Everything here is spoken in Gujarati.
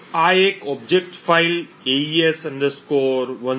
તો આ એક ઓબ્જેક્ટ ફાઇલ 'AES 1024